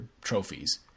trophies